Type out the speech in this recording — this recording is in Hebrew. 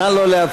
נא לא להפריע.